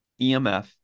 EMF